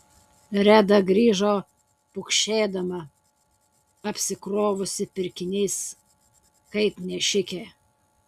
reda grįžo pukšėdama apsikrovusi pirkiniais kaip nešikė